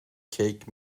cake